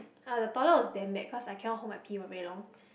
ya the toilet was damn bad cause I cannot hold my pee for very long